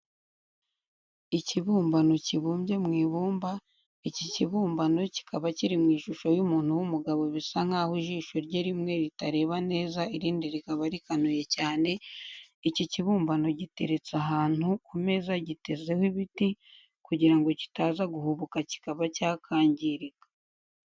Ikibumbano kibumbye mu ibumba, iki kibumbano kikaba kiri mu ishusho y'umuntu w'umugabo bisa nkaho ijisho rye rimwe ritareba neza irindi rikaba rikanuye cyane, iki kibumbano giteretse ahantu kumeza gitezeho ibiti, kugira ngo kitaza guhubuka kikaba cyakangirika.